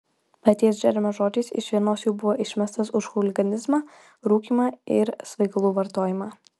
paties džeremio žodžiais iš vienos jų buvo išmestas už chuliganizmą rūkymą ir svaigalų vartojimą